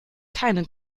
keine